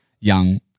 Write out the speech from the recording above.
young